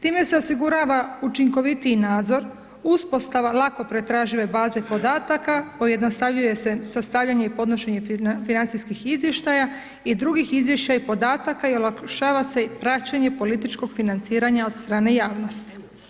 Time se osigurava učinkovitiji nadzor, uspostava lako pretražive baze podataka, pojednostavljuje se sastavljanje i podnošenje financijskih izvještaja i drugih izvještaja i podataka i olakšava se praćenje političkog financiranja od strane javnosti.